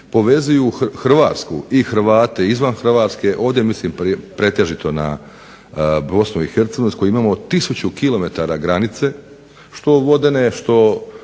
povezuju Hrvatsku i Hrvate izvan Hrvatske, ovdje mislim pretežito na BIH sa kojima imamo 1000 km granice, što vodene što